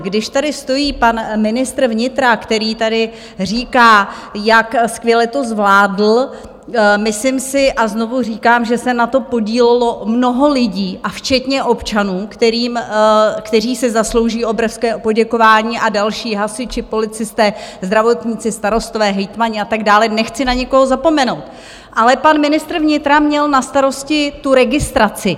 Když tady stojí pan ministr vnitra, který tady říká, jak skvěle to zvládl, myslím si a znovu říkám, že se na tom podílelo mnoho lidí a včetně občanů, kteří si zaslouží obrovské poděkování, a další, hasiči, policisté, zdravotníci, starostové, hejtmani a tak dále, nechci na nikoho zapomenout ale pan ministr vnitra měl na starosti registraci.